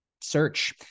search